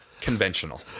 conventional